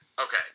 okay